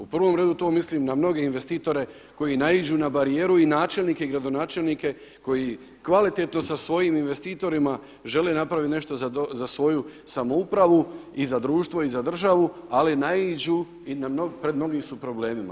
U prvom redu to mislim na mnoge investitore koji naiđu na barijeru i načelnike i gradonačelnike koji kvalitetno sa svojim investitorima žele napraviti nešto za svoju samoupravu i za društvo i za državu ali naiđu, i pred mnogim su problemima.